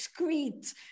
excrete